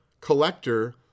collector